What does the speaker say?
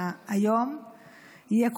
זה הנושא.